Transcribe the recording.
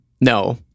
No